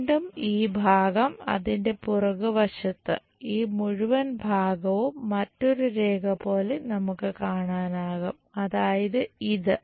വീണ്ടും ഈ ഭാഗം അതിന്റെ പുറകുവശത്ത് ഈ മുഴുവൻ ഭാഗവും മറ്റൊരു രേഖ പോലെ നമുക്ക് കാണാനാകും അതായത് ഇത്